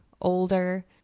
older